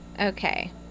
Okay